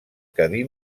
cadí